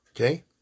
Okay